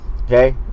Okay